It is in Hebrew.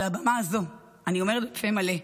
על הבמה הזאת אני אומרת בפה מלא: